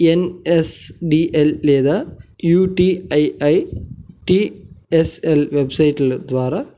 ఎన్ S D L లేదా U T I I T S L వెబ్సైట్ల ద్వారా